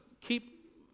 keep